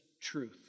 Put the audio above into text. truth